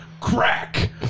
Crack